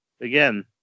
again